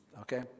Okay